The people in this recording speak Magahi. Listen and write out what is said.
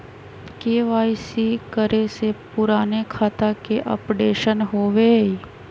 के.वाई.सी करें से पुराने खाता के अपडेशन होवेई?